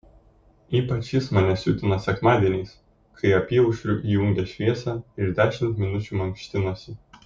ypač jis mane siutina sekmadieniais kai apyaušriu įjungia šviesą ir dešimt minučių mankštinasi